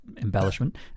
embellishment